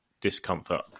discomfort